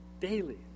Daily